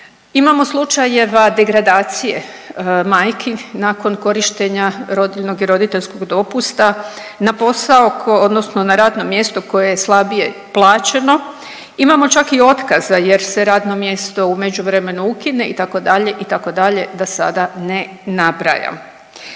Imamo slučajeva degradacije majki nakon korištenja rodiljnog i roditeljskog dopusta na posao odnosno na radno mjesto koje je slabije plaćeno, imamo čak i otkaza jer se radno mjesto u međuvremenu ukine itd., itd. da sada ne nabrajam.